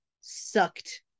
sucked